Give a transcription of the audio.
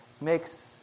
makes